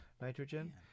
nitrogen